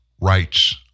rights